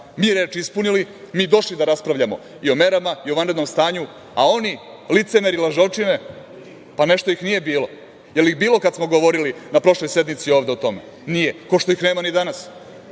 reč ispunili, mi došli da raspravljamo i o merama i o vanrednom stanju, a oni, licemeri i lažovčine, pa nešto ih nije bilo. Jel ih bilo kada smo govorili na prošloj sednici ovde o tome? Nije, kao što ih nema ni danas.